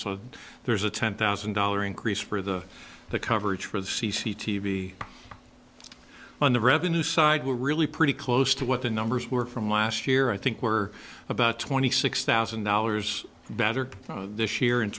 so there's a ten thousand dollar increase for the the coverage for the c c t v on the revenue side we're really pretty close to what the numbers were from last year i think we're about twenty six thousand dollars better this year in